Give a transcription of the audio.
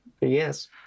Yes